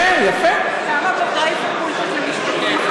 כמה פרקליטים יש בפרקליטות המדינה,